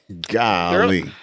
Golly